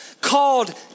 called